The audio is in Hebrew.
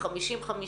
ל-50:50,